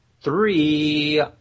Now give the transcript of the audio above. three